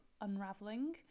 Unraveling